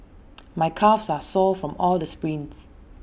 my calves are sore from all the sprints